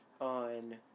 on